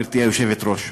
גברתי היושבת-ראש,